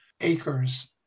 acres